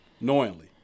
knowingly